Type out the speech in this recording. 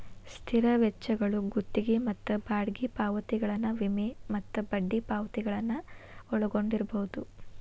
ಸ್ಥಿರ ವೆಚ್ಚಗಳು ಗುತ್ತಿಗಿ ಮತ್ತ ಬಾಡಿಗಿ ಪಾವತಿಗಳನ್ನ ವಿಮೆ ಮತ್ತ ಬಡ್ಡಿ ಪಾವತಿಗಳನ್ನ ಒಳಗೊಂಡಿರ್ಬಹುದು